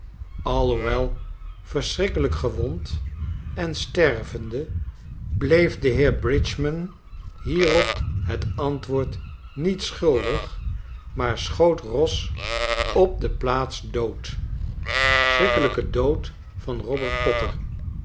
alhoewel verschrikkelijk gewond en stervende bleef de heer b hierop het antwoord niet schuldig maar schoot boss op de plaats dood